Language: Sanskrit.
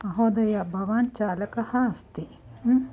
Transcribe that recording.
महोदय भवान् चालकः अस्ति